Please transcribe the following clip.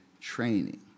training